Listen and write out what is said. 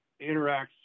interacts